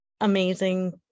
amazing